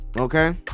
okay